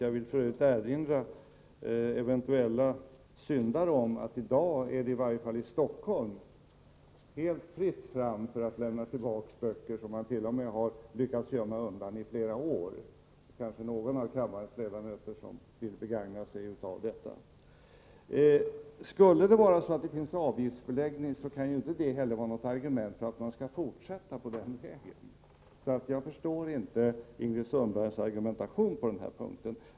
Jag vill för övrigt erinra eventuella syndare om att det just i dag —i varje fall i Stockholm -— är helt fritt fram för att lämna tillbaka böcker, t.o.m. böcker som man har lyckats gömma undan i flera år. Det är kanske någon av kammarens ledamöter som vill begagna sig av detta erbjudande. Att avgiftsbeläggning tillämpas kan ju inte heller vara något argument för att man skall fortsätta på den vägen. Jag förstår inte Ingrid Sundbergs argumentation på den punkten.